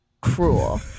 cruel